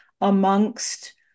amongst